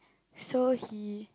so he